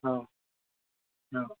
ହଁ ହଁ